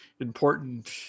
important